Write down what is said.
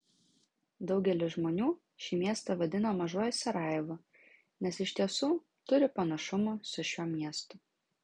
daugelis žmonių šį miestą vadina mažuoju sarajevu nes iš tiesų turi panašumų su šiuo miestu